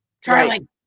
Charlie